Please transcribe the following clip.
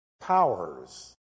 Powers